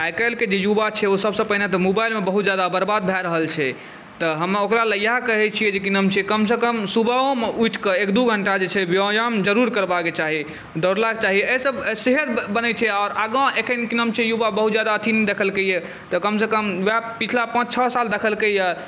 आइकाल्हिके जे युवा छै ओ सबसँ पहिने तऽ मोबाइलमे बहुत ज्यादा बरबाद भऽ रहल छै तऽ हम ओकरालए इएह कहै छिए जे कि नाम छिए कमसँ कम सुबहोमे उठिकऽ एक दुइ घण्टा जे छै व्यायाम जरूर करबाके चाही दौड़लाके चाही एहिसबसँ सेहत बनै छै आओर आगाँ एखन कि नाम छिए युवा बहुत ज्यादा अथी नहि देखलकै हँ तऽ कमसँ कम वएह पछिला पाँच छओ साल देखलकै